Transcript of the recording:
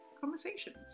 conversations